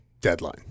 deadline